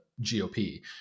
GOP